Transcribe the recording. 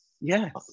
yes